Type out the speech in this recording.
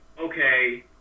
okay